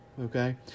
Okay